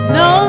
no